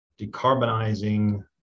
decarbonizing